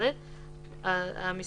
על אף